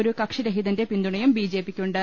ഒരു കക്ഷിരഹിതന്റെ പിന്തുണയും ബി ജെ പിയ്ക്കുണ്ട്